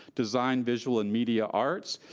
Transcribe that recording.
design, visual and media arts,